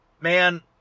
man